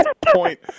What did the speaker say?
point